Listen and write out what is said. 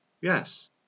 Yes